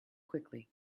quickly